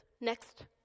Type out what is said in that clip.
next